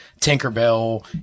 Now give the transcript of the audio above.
Tinkerbell